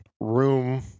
room